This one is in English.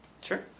Sure